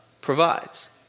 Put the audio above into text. provides